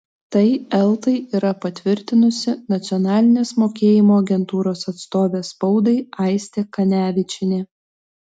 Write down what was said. tai eltai yra patvirtinusi nacionalinės mokėjimo agentūros atstovė spaudai aistė kanevičienė